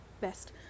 best